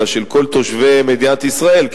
אלא של כל תושבי מדינת ישראל.